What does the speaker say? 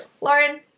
Lauren